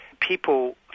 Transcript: people